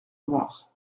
loire